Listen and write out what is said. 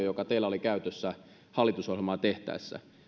joka teillä oli käytössänne hallitusohjelmaa tehtäessä